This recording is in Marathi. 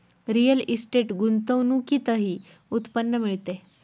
रिअल इस्टेट गुंतवणुकीतूनही उत्पन्न मिळते